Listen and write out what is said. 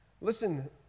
Listen